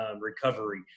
recovery